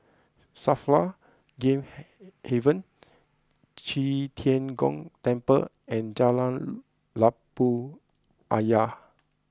Safra Game Haven Qi Tian Gong Temple and Jalan Labu Ayer